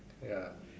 ya